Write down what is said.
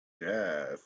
Yes